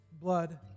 blood